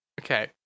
Okay